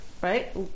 right